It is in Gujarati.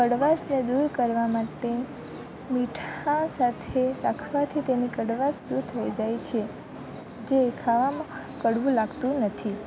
કડવાશને દૂર કરવા માટે મીઠા સાથે રાખવાથી તેની કડવાશ દૂર થઈ જાય છે જે ખાવામાં કડવું લાગતું નથી